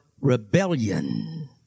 rebellion